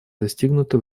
достигнуты